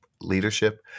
leadership